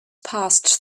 passed